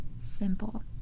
simple